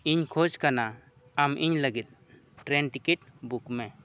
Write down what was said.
ᱤᱧ ᱠᱷᱚᱡᱽ ᱠᱟᱱᱟ ᱟᱢ ᱤᱧ ᱞᱟᱹᱜᱤᱫ ᱴᱨᱮᱹᱱ ᱴᱤᱠᱤᱴ ᱵᱩᱠᱢᱮ